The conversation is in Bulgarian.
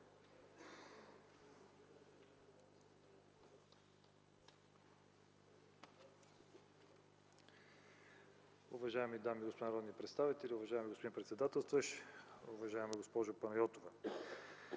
Уважаеми дами и господа народни представители, уважаеми господин председателстващ! Уважаема госпожо Панайотова,